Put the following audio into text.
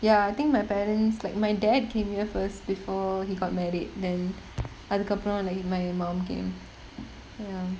ya I think my parents like my dad came here first before he got married then அதுக்கப்புறம்athukkappuram like my mum came ya